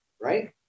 right